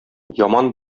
яман